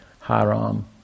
Haram